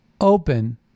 open